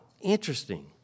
Interesting